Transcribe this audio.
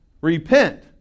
Repent